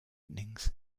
openings